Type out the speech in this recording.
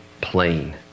plain